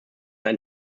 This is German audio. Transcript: ein